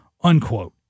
unquote